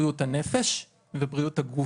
בריאות הנפש ובריאות הגוף.